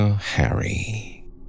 Harry